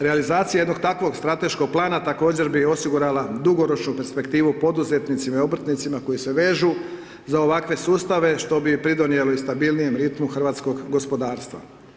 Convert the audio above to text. Realizacija jednog takvog strateškog plana također bi osigurala dugoročnu perspektivu poduzetnicima i obrtnicima koji se vežu za ovakve sustave, što bi pridonijelo i stabilnijem ritmu hrvatskog gospodarstva.